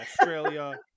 Australia